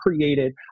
created